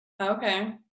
Okay